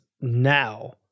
now